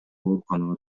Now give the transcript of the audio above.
ооруканага